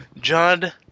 Judd